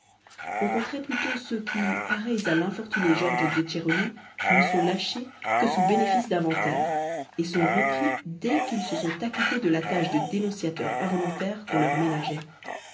on compterait plutôt ceux qui pareils à l'infortuné georges d'etchérony ne sont lâchés que sous bénéfice d'inventaire et sont repris dès qu'ils se sont acquittés de la tâche de dénonciateurs involontaires qu'on leur ménageait